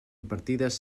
impartides